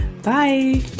Bye